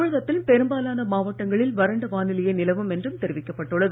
தமிழகத்தின் பெரும்பாலான மாவட்டங்களில் வறண்ட வானிலையே நிலவும் என்றும் தெரிவிக்கப் பட்டுள்ளது